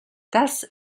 das